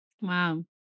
Wow